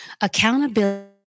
Accountability